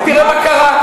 ותראה מה קרה.